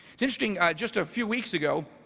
it's interesting, just a few weeks ago,